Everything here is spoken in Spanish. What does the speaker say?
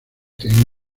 tienen